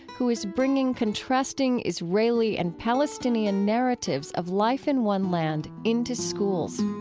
who is bringing contrasting israeli and palestinian narratives of life in one land into schools